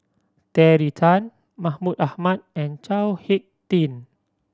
Terry Tan Mahmud Ahmad and Chao Hick Tin